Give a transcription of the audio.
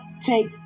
take